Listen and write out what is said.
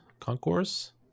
Concourse